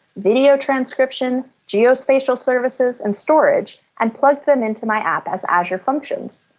video transcription, geospatial services, and storage and plugged them into my app as azure functions.